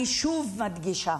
אני שוב מדגישה: